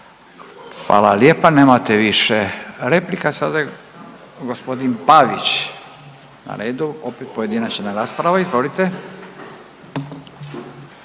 Hvala lijepa. Nemate više replika. Sada je g. Pavić na redu, opet pojedinačna rasprava, izvolite.